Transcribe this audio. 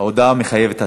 ההודעה מחייבת הצבעה.